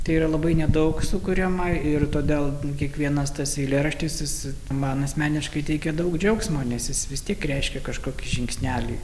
tai yra labai nedaug sukuriama ir todėl kiekvienas tas eilėraštis jis man asmeniškai teikia daug džiaugsmo nes jis vis tiek reiškia kažkokį žingsnelį